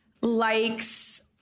likes